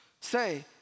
Say